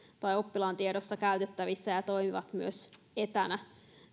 tai oppilaan tiedossa käytettävissä ja toimivat myös etänä